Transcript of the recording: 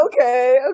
okay